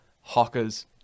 hawkers